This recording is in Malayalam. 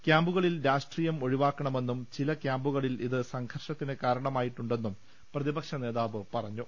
ക്യാമ്പുകളിൽ രാഷ്ട്രീയം ഒഴിവാക്കണമെന്നും ചില ക്യാമ്പുകളിൽ ഇത് സംഘർഷത്തിന് കാരണമായിട്ടുണ്ടെന്നും പ്രതി പക്ഷനേതാവ് പറഞ്ഞു